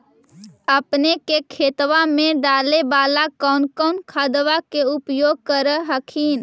अपने के खेतबा मे डाले बाला कौन कौन खाद के उपयोग कर हखिन?